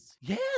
Yes